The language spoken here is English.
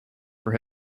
for